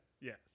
yes